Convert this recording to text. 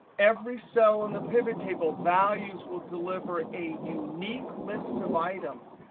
every cell on the pivot table values will deliver a unique list of items.